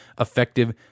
effective